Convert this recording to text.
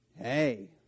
hey